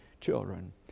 children